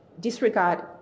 disregard